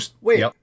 wait